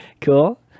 Cool